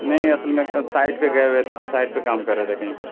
نہیں اصل میں کل سائڈ پہ گیے ہوئے تھے تو سائڈ پہ کام کر رہے تھے کہیں پر